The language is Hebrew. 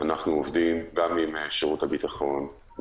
אנחנו עובדים גם עם שירות הביטחון,